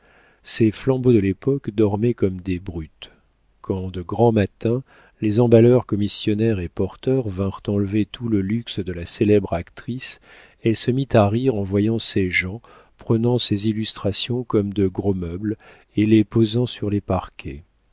ces flambeaux de l'époque dormaient comme des brutes quand de grand matin les emballeurs commissionnaires et porteurs vinrent enlever tout le luxe de la célèbre actrice elle se mit à rire en voyant ces gens prenant ces illustrations comme de gros meubles et les posant sur les parquets